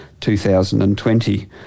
2020